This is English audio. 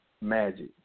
magic